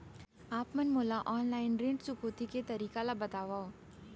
आप मन मोला ऑनलाइन ऋण चुकौती के तरीका ल बतावव?